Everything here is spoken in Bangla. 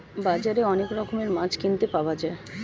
বাজারে অনেক রকমের মাছ কিনতে পাওয়া যায়